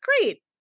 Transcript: great